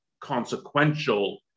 consequential